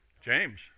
james